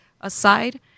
aside